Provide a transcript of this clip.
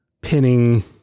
pinning